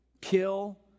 kill